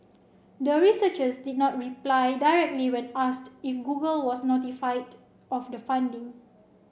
the researchers did not reply directly when asked if Google was notified of the finding